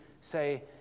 say